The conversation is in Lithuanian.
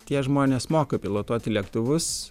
tie žmonės moka pilotuoti lėktuvus